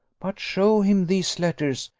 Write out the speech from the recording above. but show him these letters,